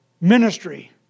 ministry